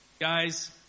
guys